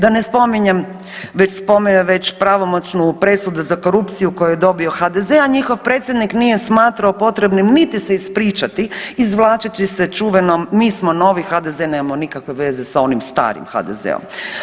Da ne spominjem već pravomoćnu presudu za korupciju koju je dobio HDZ, a njihov predsjednik nije smatrao potrebnim niti se ispričati izvlačeći se čuvenom, mi smo novi HDZ nemamo nikakve veze sa onim starim HDZ-om.